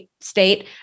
state